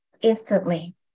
instantly